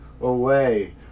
away